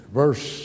verse